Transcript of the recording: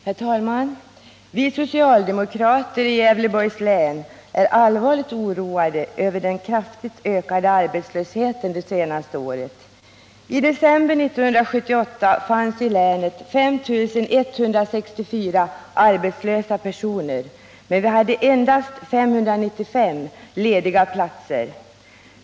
Herr talman! Vi socialdemokrater i Gävleborgs län är allvarligt oroade över den kraftigt ökade arbetslösheten under det senaste året. I december 1978 fanns det i länet 5 164 arbetslösa personer, men endast 595 lediga platser.